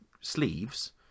sleeves